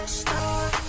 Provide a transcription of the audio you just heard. start